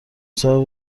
صاحب